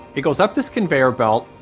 it goes up this conveyor belt,